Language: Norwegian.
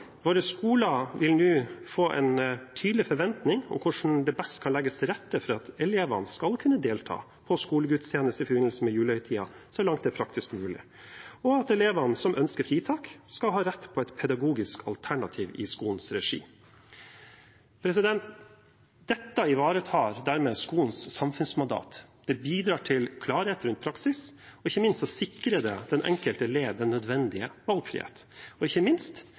vil nå få en tydelig forventning om hvordan det best kan legges til rette for at elevene skal kunne delta på skolegudstjeneste i forbindelse med julehøytiden så langt det er praktisk mulig, og at elevene som ønsker fritak, skal ha rett på et pedagogisk alternativ i skolens regi. Dette ivaretar dermed skolens samfunnsmandat. Det bidrar til klarhet rundt praksis og sikrer den enkelte elev den nødvendige valgfrihet. Og ikke minst: